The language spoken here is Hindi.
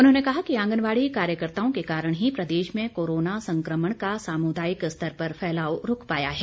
उन्होंने कहा कि आंगनबाड़ी कार्यकर्ताओं के कारण ही प्रदेश में कोरोना संक्रमण का सामुदायिक स्तर पर फैलाव रूक पाया है